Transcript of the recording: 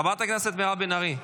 חברת הכנסת מירב בן ארי,